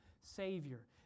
Savior